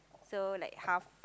so like half